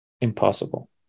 impossible